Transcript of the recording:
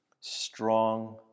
Strong